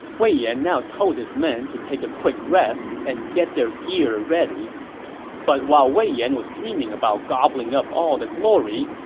wei yan now told his men to take a quick rest and get their gear ready but while wei yan was dreaming about gobbling up all the glory,